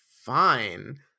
fine